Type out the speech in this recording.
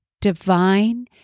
divine